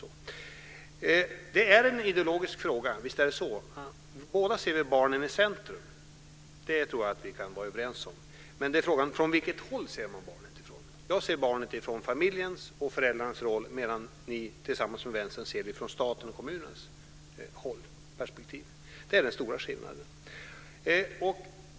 Visst är det en ideologisk fråga. Båda vill vi sätta barnen i centrum, det tror jag att vi kan vara överens om, men från vilket håll ser vi barnet? Jag ser barnet från föräldrarnas håll medan ni tillsammans med Vänstern ser det från statens och kommunernas perspektiv. Det är den stora skillnaden.